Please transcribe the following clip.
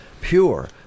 Pure